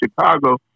Chicago